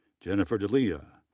jennifer delia,